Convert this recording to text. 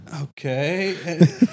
okay